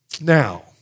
Now